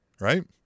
right